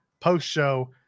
post-show